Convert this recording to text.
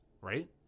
right